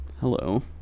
Hello